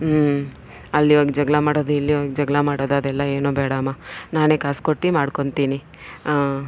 ಅಲ್ಲಿ ಹೋಗಿ ಜಗ್ಳ ಮಾಡೋದು ಇಲ್ಲಿ ಹೋಗಿ ಜಗ್ಳ ಮಾಡೋದು ಅದೆಲ್ಲ ಏನೂ ಬೇಡಮ್ಮ ನಾನೇ ಕಾಸು ಕೊಟ್ಟು ಮಾಡ್ಕೊಳ್ತೀನಿ ಆಂ